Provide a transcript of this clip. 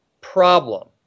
problem